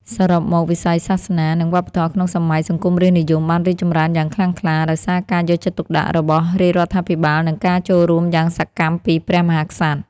សរុបមក វិស័យសាសនា និងវប្បធម៌ក្នុងសម័យសង្គមរាស្ត្រនិយម បានរីកចម្រើនយ៉ាងខ្លាំងក្លា ដោយសារការយកចិត្តទុកដាក់របស់រាជរដ្ឋាភិបាល និងការចូលរួមយ៉ាងសកម្មពីព្រះមហាក្សត្រ។